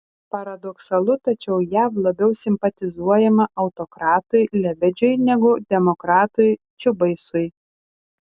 paradoksalu tačiau jav labiau simpatizuojama autokratui lebedžiui negu demokratui čiubaisui